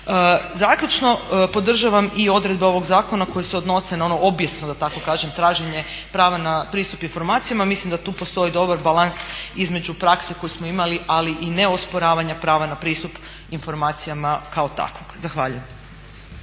Zaključno podržavam i odredbe ovog zakona koje se odnose na ono obijesno da tako kažem traženje pravo na pristup informacijama. Mislim da tu postoji dobar balans između prakse koju smo imali ali i ne osporavanja prava na pristup informacijama kao takvog. Zahvaljujem.